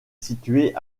situé